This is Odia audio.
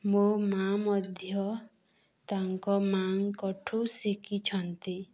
ମୋ ମା' ମଧ୍ୟ ତାଙ୍କ ମା'ଙ୍କ ଠୁ ଶିଖିଛନ୍ତି